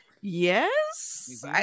yes